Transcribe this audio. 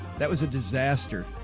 that was a disaster.